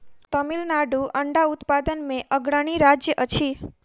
तमिलनाडु अंडा उत्पादन मे अग्रणी राज्य अछि